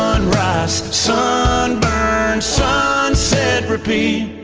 sunrise, sunburn, sunset, repeat